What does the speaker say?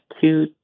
two